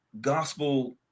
gospel